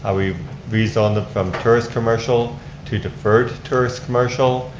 ah we rezoned them from tourist commercial to deferred tourist commercial.